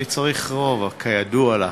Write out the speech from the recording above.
אני צריך רוב כידוע לך.